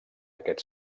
aquest